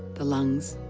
the lungs,